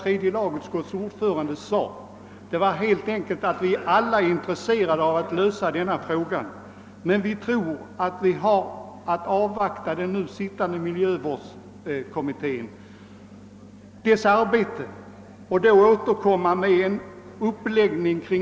Tredje lagutskottet har uttalat att vi alla är intresserade av att nedskräpningsproblemet blir löst, men vi tror det är bäst att avvakta den nu sittande miljövårdskommitténs arbete och sedan återkomma med en gemensam uppläggning.